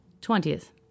Twentieth